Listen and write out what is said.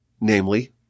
namely